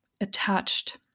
attached